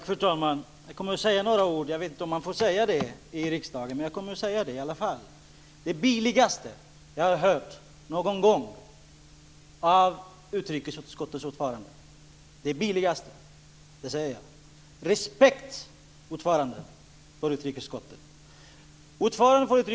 Fru talman! Jag kommer att säga några ord som jag inte vet om man får säga i riksdagen. Jag kommer att säga dem i alla fall. Detta är det billigaste jag har hört någon gång av utrikesutskottets ordförande. Ordföranden för utrikesutskottet visar ingen respekt.